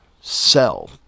sell